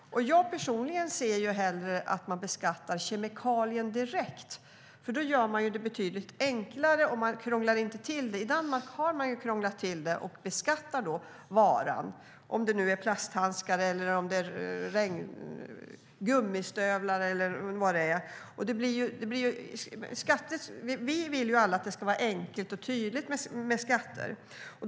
Jag personligen ser hellre att man beskattar kemikalien direkt. Då blir det betydligt enklare, och man krånglar inte till det. I Danmark har man krånglat till det och beskattar varan, om det nu är plasthandskar eller gummistövlar. Vi vill ju alla att det ska vara enkelt och tydligt med skatter.